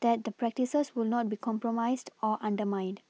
that the practices will not be compromised or undermined